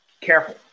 careful